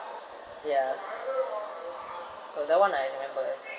ya so that [one] I remember